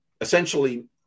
essentially